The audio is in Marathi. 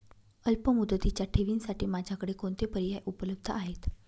अल्पमुदतीच्या ठेवींसाठी माझ्याकडे कोणते पर्याय उपलब्ध आहेत?